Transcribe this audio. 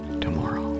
tomorrow